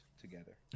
together